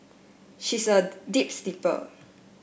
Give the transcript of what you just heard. she's a deep sleeper